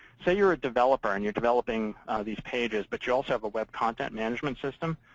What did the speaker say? so you're a developer. and you're developing these pages. but you also have a web content management system.